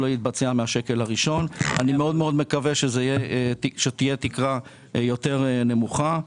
אני מאוד מקווה שתהיה תקרה יותר נמוכה.